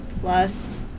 plus